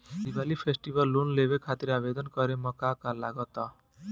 Diwali festival loan लेवे खातिर आवेदन करे म का का लगा तऽ?